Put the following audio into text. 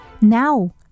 Now